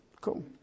cool